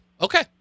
Okay